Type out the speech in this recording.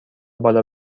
بالا